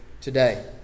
today